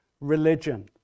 religion